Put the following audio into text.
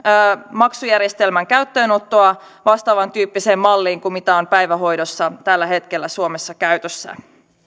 maksujärjestelmän käyttöönottoa vastaavantyyppisellä mallilla kuin mitä on päivähoidossa tällä hetkellä suomessa käytössä